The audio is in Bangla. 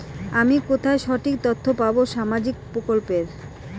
আমি কোথায় সঠিক তথ্য পাবো সামাজিক প্রকল্পের?